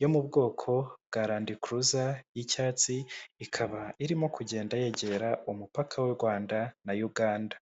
yo mu bwoko bwa Landi kuruza y'icyatsi, ikaba irimo kugenda yegera umupaka w'u Rwanda na Uganda.